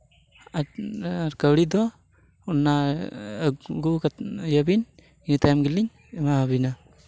ᱟᱨ ᱠᱟᱹᱣᱰᱤ ᱫᱚ ᱚᱱᱟ ᱟᱹᱜᱩ ᱠᱟᱛᱮ ᱱᱤᱭᱟᱹ ᱛᱟᱭᱚᱢ ᱜᱮᱞᱤᱧ ᱮᱢᱟ ᱟᱹᱵᱤᱱᱟ